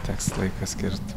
teks laiką skirt